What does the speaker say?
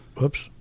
Whoops